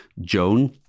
Joan